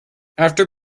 after